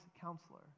counselor